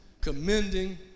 commending